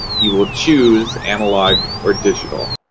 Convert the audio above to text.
you will choose analog or digital.